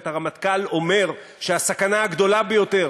את הרמטכ"ל אומר שהסכנה הגדולה ביותר